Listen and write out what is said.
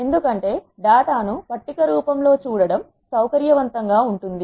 ఎందుకంటే డేటాను పట్టిక రూపం లో చూడ టం సౌకర్యవంతంగా ఉంటుంది